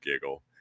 giggle